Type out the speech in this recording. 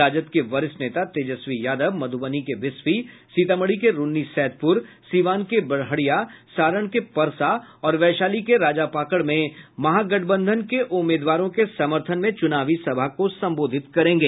राजद के वरिष्ठ नेता तेजस्वी यादव मध्रबनी के बिस्फी सीतामढ़ी के रून्नीसैदपुर सीवान के बड़हरिया सारण के परसा और वैशाली के राजापाकड़ में महागठबंधन के उम्मीदवारों के समर्थन में चुनावी सभा को संबोधित करेंगे